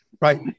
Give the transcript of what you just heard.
right